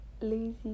lazy